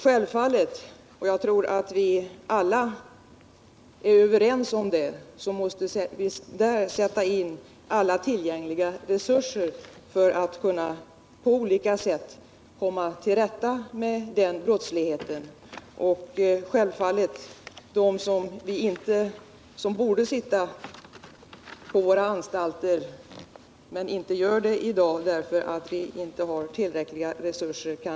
Självfallet måste vi sätta in alla tillgängliga resurser för att på olika sätt komma till rätta med den brottsligheten — det tror jag vi alla är överens om — och lagföra dem som borde sitta på våra anstalter men som i dag inte gör det därför att vi kanske inte har tillräckliga resurser.